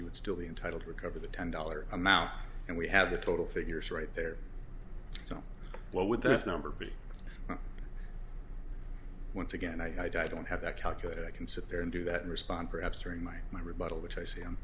you would still be entitled to recover the ten dollar amount and we have the total figures right there so well with this number but once again i don't have that calculator i can sit there and do that respond perhaps during my my rebuttal which i see